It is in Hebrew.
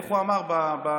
איך הוא אמר בתוכנית?